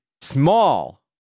small